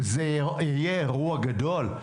וזה יהיה אירוע גדול.